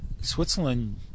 Switzerland